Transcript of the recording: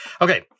okay